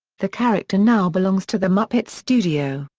the character now belongs to the muppets studio,